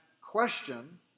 question